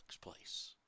place